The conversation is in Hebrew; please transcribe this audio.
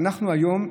והיום,